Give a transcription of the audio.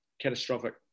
catastrophic